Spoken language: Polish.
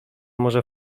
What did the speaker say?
może